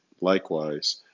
likewise